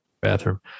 bathroom